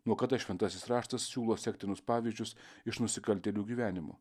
nuo kada šventasis raštas siūlo sektinus pavyzdžius iš nusikaltėlių gyvenimo